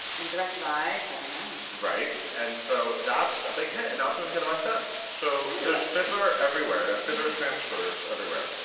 and directed by trevor nunn. right. and so that's a big hit, and now it's moving to the west end. so, there's fiddler everywhere. fiddler transfers everywhere.